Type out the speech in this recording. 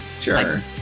Sure